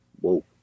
Whoa